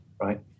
right